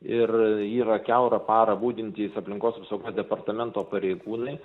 ir yra kiaurą parą budintys aplinkos apsaugos departamento pareigūnai